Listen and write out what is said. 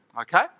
okay